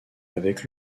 avec